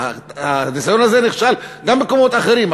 הניסיון הזה נכשל גם במקומות אחרים,